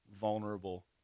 vulnerable